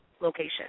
location